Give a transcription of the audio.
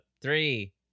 three